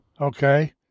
okay